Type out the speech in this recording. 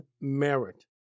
merit